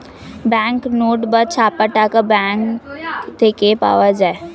bank note বা ছাপা টাকা ব্যাঙ্ক থেকে পাওয়া যায়